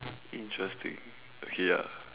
interesting okay ya